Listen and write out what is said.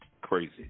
crazy